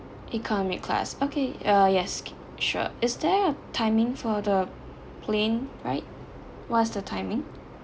economic class okay uh yes sure is there a timing for the plane right what is the timing